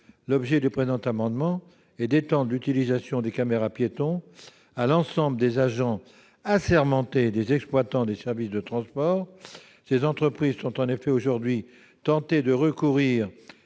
L'objet du présent amendement est d'étendre l'utilisation des caméras-piétons à l'ensemble des agents assermentés des exploitants du service de transport. En effet, ces entreprises sont aujourd'hui tentées de recourir